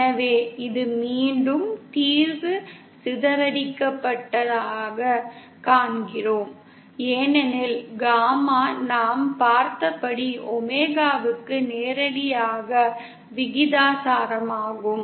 எனவே இது மீண்டும் தீர்வு சிதறடிக்கப்படாததைக் காண்கிறோம் ஏனெனில் காமா நாம் பார்த்தபடி ஒமேகாவுக்கு நேரடியாக விகிதாசாரமாகும்